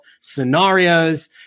scenarios